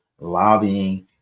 lobbying